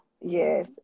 yes